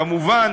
כמובן,